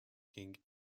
king